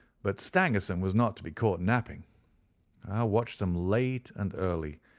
but stangerson was not to be caught napping. i watched them late and early,